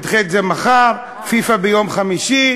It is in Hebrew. נדחה את זה למחר; פיפ"א ביום חמישי,